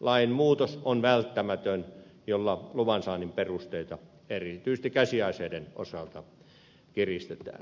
lainmuutos on välttämätön ja sillä luvan saannin perusteita erityisesti käsiaseiden osalta kiristetään